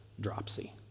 dropsy